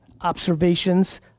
observations